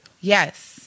Yes